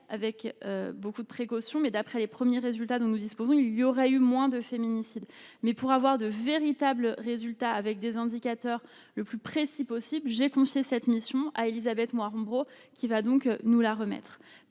avec beaucoup de précautions, mais d'après les premiers résultats dont nous disposons, il y aura eu moins de féminicides, mais pour avoir de véritables résultats avec des indicateurs le plus précis possible j'ai confié cette mission à Élisabeth mon art Umbro qui va donc nous la remettre,